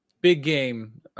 big-game